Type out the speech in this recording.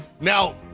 Now